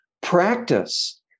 practice